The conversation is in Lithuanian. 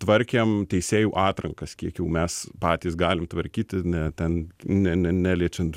tvarkėm teisėjų atrankas kiek jau mes patys galim tvarkyti ne ten ne ne neliečiant